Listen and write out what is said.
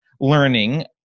learning